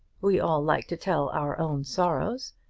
we all like to tell our own sorrows,